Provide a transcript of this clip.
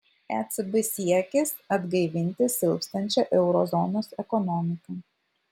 ecb siekis atgaivinti silpstančią euro zonos ekonomiką